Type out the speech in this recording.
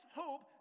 hope